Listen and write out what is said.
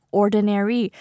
ordinary